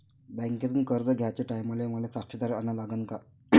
बँकेतून कर्ज घ्याचे टायमाले मले साक्षीदार अन लागन का?